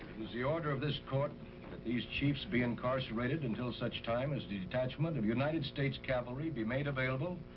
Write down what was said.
is the order of this court, that these chiefs be incarcerated until such time. as the detachment of united states cavalry. be made avaible.